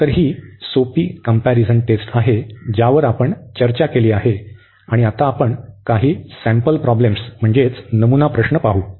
तर ही सोपी कंम्पॅरिझन टेस्ट आहे ज्यावर आपण चर्चा केली आहे आणि आता आपण काही सॅम्पल प्रॉब्लेम्स म्हणजे नमुना प्रश्न पाहू